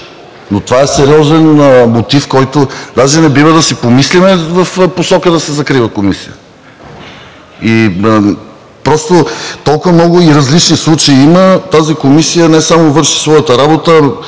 Това е сериозен мотив, който даже не бива да си помислим в посока да се закрива Комисията. Толкова много и различни случаи има. Тази комисия не само върши своята работа.